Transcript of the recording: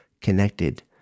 connected